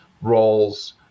roles